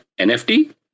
NFT